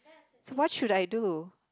so what should I do